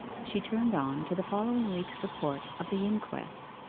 she turned on to the following week's report of the inquest.